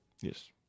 yes